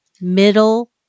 middle